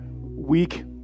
weak